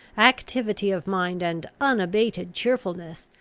activity of mind, and unabated cheerfulness,